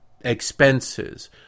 expenses